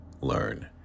Learn